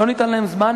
לא ניתן להם זמן,